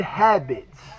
habits